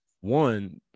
One